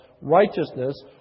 righteousness